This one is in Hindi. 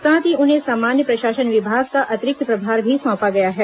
साथ ही उन्हें सामान्य प्रशासन विभाग का अतिरिक्त प्रभार भी सौंपा गया है